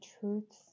truths